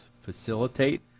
facilitate